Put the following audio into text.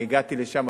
הגעתי לשם,